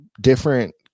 different